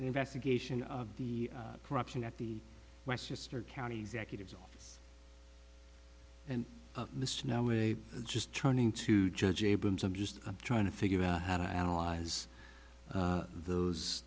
investigation of the corruption at the westchester county executives office and the snow way just turning to judge abrams i'm just trying to figure out how to analyze those